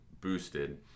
boosted